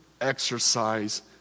exercise